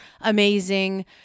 amazing